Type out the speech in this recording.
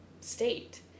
state